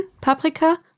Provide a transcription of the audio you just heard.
Paprika